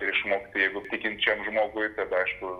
ir išmokti jeigu tikinčiam žmogui tada aišku